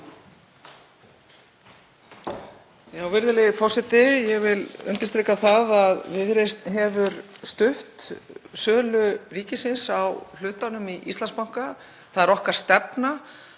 Virðulegi forseti. Ég vil undirstrika það að Viðreisn hefur stutt sölu ríkisins á hlutanum í Íslandsbanka. Það er okkar stefna